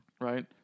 right